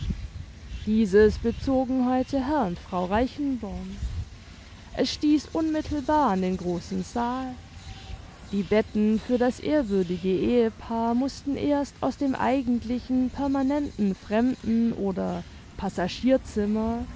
dieses bezogen heute herr und frau reichenborn es stieß unmittelbar an den großen saal die betten für das ehrwürdige ehepaar mußten erst aus dem eigentlichen permanenten fremden oder